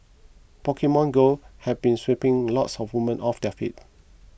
Pokemon Go has been sweeping lots of women off their feet